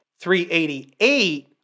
388